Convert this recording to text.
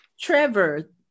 trevor